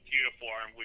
uniform